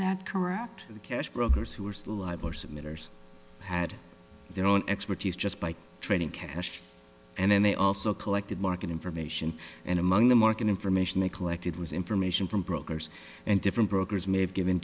that correct cash brokers who were still alive or submitters had their own expertise just by trading cash and then they also collected market information and among the market information they collected was information from brokers and different brokers may have given